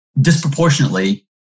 disproportionately